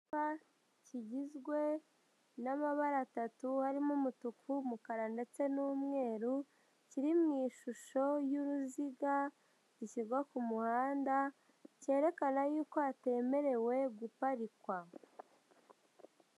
Icyumba kigizwe n'amabara atatu harimo umutuku, umukara ndetse n'umweru kiri mu ishusho y'uruziga gishyirwa ku muhanda cyerekana yuko hatemerewe guparikwa.